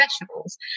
professionals